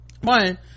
one